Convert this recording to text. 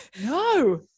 No